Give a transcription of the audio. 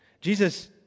Jesus